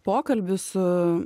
pokalbį su